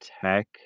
tech